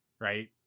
right